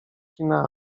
kina